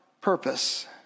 purpose